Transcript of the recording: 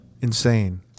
Insane